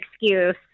excuse